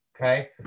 Okay